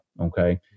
Okay